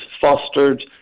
fostered